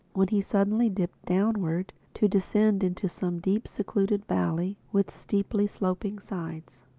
when he suddenly dipped downward to descend into some deep secluded valley with steeply sloping sides.